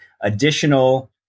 additional